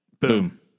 Boom